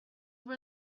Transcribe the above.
were